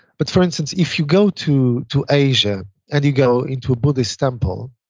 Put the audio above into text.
but for instance, if you go to to asia and you go into buddhist temple,